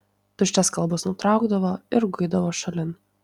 tuščias kalbas nutraukdavo ir guidavo šalin